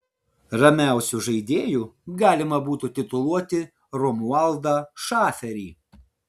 ramiausiu žaidėju galima būtų tituluoti romualdą šaferį